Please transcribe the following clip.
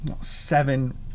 seven